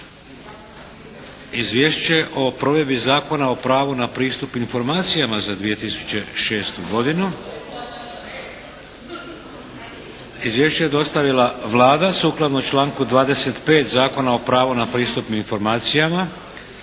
Izvješće o provedbi Zakona o pravu na pristup informacijama za 2006. godinu Izvješće je dostavila Vlada sukladno članku 25. Zakona o pravu na pristup informacijama.